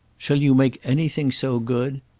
shall you make anything so good?